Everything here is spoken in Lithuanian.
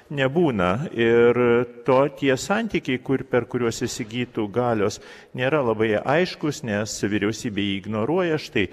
nebūna ir tokie santykiai kur per kuriuos įsigytų galios nėra labai aiškus nes vyriausybė jį ignoruoja štai